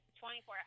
24